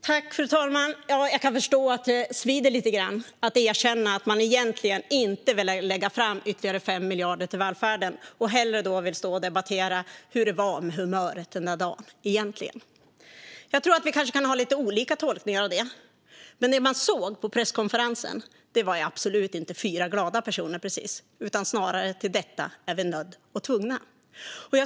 Fru talman! Jag kan förstå att det svider lite grann att erkänna att man egentligen inte ville lägga fram ytterligare 5 miljarder till välfärden utan hellre vill debattera hur det var med humöret den där dagen. Jag tror kanske att vi kan ha lite olika tolkningar av det. Men det man såg på presskonferensen var absolut inte fyra glada personer, utan det som signalerades var snarare: Till detta är vi nödda och tvungna.